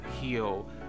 heal